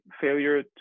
failure